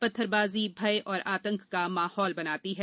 पत्थरबाजी भय और आतंक का माहौल बनाती है